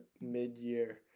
mid-year